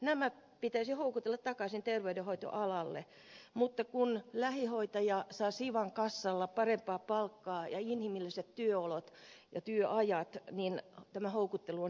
nämä pitäisi houkutella takaisin terveydenhoitoalalle mutta kun lähihoitaja saa siwan kassalla parempaa palkkaa ja inhimilliset työolot ja työajat niin tämä houkuttelu on hiukan vaikeaa